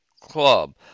club